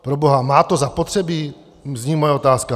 Proboha, má to zapotřebí? zní moje otázka.